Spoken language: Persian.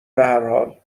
بحرحال